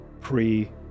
pre